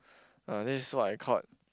uh this is what I called